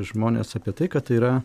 žmonės apie tai kad tai yra